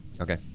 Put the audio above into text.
Okay